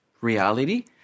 reality